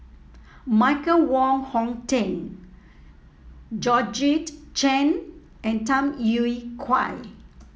Michael Wong Hong Teng Georgette Chen and Tham Yui Kai